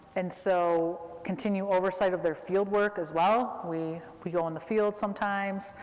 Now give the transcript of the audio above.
and so continued oversight of their field work, as well, we we go in the field sometimes,